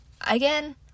again